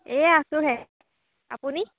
এই আছোঁ হে আপুনি